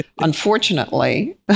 unfortunately